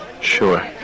Sure